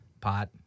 pot